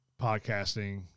podcasting